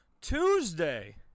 Tuesday